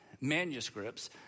manuscripts